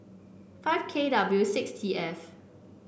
five K W six T F